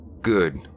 Good